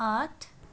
आठ